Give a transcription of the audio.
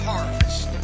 Harvest